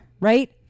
right